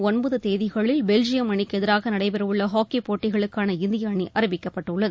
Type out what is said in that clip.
ஒன்பது தேதிகளில் பெல்ஜியம் அணிக்கு எதிராக நடைபெற உள்ள ஹாக்கி போட்டிகளுக்கான இந்திய அணி அறிவிக்கப்பட்டுள்ளது